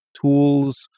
tools